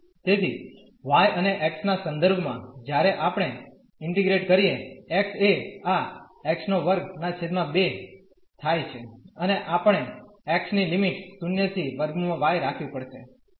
તેથી y અને x ના સંદર્ભમાં જ્યારે આપણે ઇન્ટીગ્રેટ કરીએ x એ આ x2 2 થાય છે અને આપણે x ની લિમિટ 0 થી √ y રાખવી પડશે